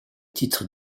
titre